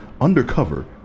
undercover